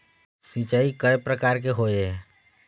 सिचाई कय प्रकार के होये?